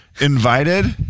invited